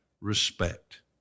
respect